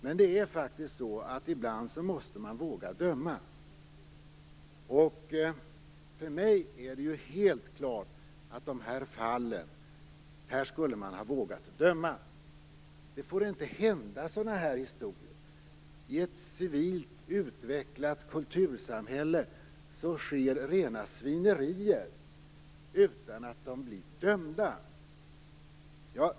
Men det är faktiskt så att man ibland måste våga döma. För mig är det helt klart att man skulle ha vågat döma i de här fallen. Det får inte hända sådana här historier. I ett civilt utvecklat kultursamhälle sker rena svinerier utan att gärningsmännen blir dömda.